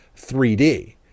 3D